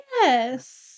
Yes